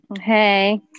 Hey